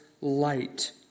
light